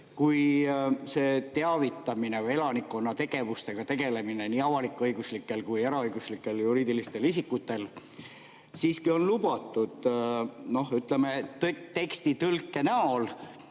See teavitamine või elanikkonna tegevustega tegelemine on nii avalik-õiguslikel kui eraõiguslikel juriidilistel isikutel siiski lubatud, ütleme, teksti tõlke näol